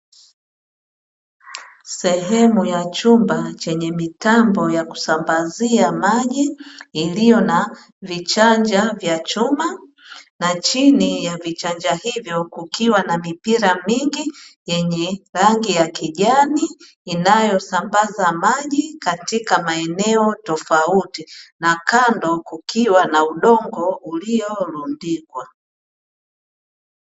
Sehemu ya chumba chenye mitambo ya kusambazia maji iliyo na vichanja vya chuma, na chini ya vichanja hivyo kukiwa na mipira mingi yenye rangi ya kijani; inayosambaza maji katika maeneno tofauti, na kando kukiwa na udongo uliorundikwa.